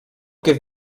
give